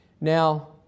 Now